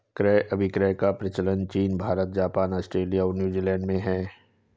क्रय अभिक्रय का प्रचलन चीन भारत, जापान, आस्ट्रेलिया और न्यूजीलैंड में है